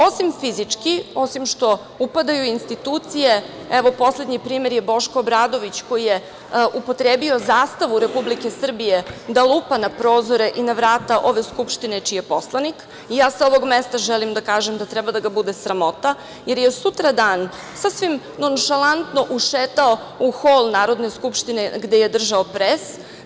Osim fizički, osim što upadaju u institucije, evo, poslednji primer je Boško Obradović, koji je upotrebio zastavu Republike Srbije da lupa na prozore i na vrata ove Skupštine, čiji je poslanik, i ja sa ovog mesta želim da kažem da treba da ga bude sramota, jer je sutradan, sasvim nonšalantno, ušetao u hol Narodne skupštine gde je držao pres.